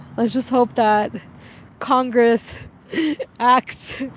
let's just hope that congress acts